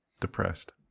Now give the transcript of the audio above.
depressed